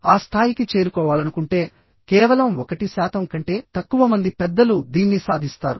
ఆ స్థాయికి చేరుకోవాలనుకుంటే కేవలం 1 శాతం కంటే తక్కువ మంది పెద్దలు దీన్ని సాధిస్తారు